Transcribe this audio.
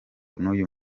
nuyu